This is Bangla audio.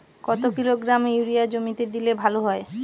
কত কিলোগ্রাম ইউরিয়া জমিতে দিলে ভালো হয়?